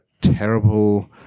terrible